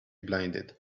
blinded